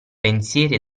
pensieri